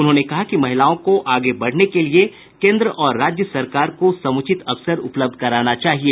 उन्होंने कहा कि महिलाओं को आगे बढ़ने के लिये केन्द्र और राज्य सरकार को समुचित अवसर उपलब्ध कराना चाहिए